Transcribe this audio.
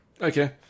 Okay